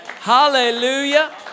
Hallelujah